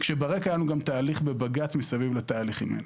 כאשר ברקע היה גם תהליך בבג"ץ מסביב לתהליכים האלה.